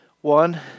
One